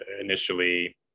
initially